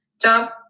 job